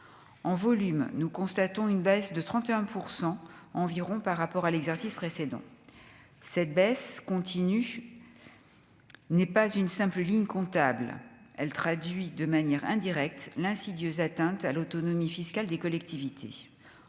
en volume, nous constatons une baisse de 31 % environ par rapport à l'exercice précédent, cette baisse continue n'est pas une simple ligne comptable, elle traduit de manière indirecte, l'insidieuse atteinte à l'autonomie fiscale des collectivités